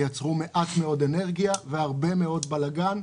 ייצרו מעט מאוד אנרגיה והרבה מאוד בלגן.